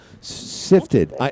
sifted